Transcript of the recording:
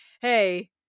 hey